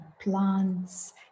plants